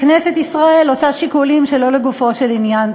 שכנסת ישראל עושה שיקולים שלא לגופו של עניין.